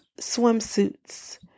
swimsuits